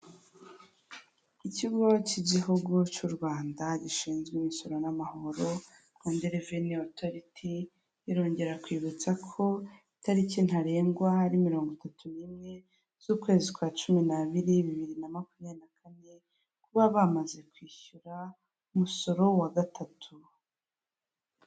Ikigo cy'igihugu cy'u Rwanda gishinzwe imisoro n'amahoro Rwanda reveni otoriti, irongera kwibutsa ko itariki ntarengwa ari mirongo itatu n'imwe z'ukwezi kwa cumi n'abiri bibiri na makumyabiri na kane kuba bamaze kwishyura umusoro wa gatatu.